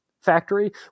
factory